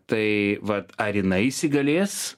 tai vat ar jinai įsigalės